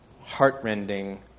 heartrending